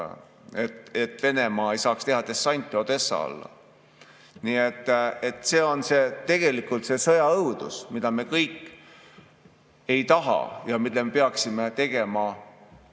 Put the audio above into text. et Venemaa ei saaks teha dessanti Odessa alla. Nii et see on tegelikult see sõjaõudus, mida me keegi ei taha. Me peaksime tegema